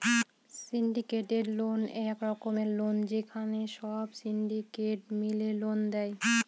syndicated loan এক রকমের loan যেখানে সব সিন্ডিকেট মিলে লোন দেয়